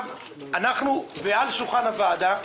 על שולחן הוועדה,